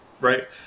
right